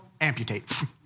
Amputate